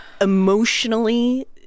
emotionally